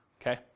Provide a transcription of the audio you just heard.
okay